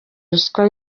ruswa